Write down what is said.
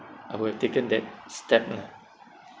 I would have taken that step lah